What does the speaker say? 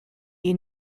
you